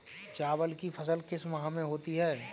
चावल की फसल किस माह में होती है?